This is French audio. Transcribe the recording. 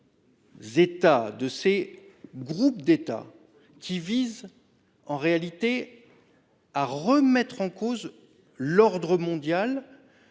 ou de groupes d’États qui cherchent en réalité à remettre en cause l’ordre mondial,